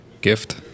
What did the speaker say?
gift